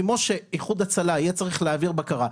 כמו שאיחוד הצלה יהיה צריך להעביר בקרה,